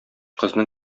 кызның